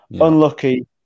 unlucky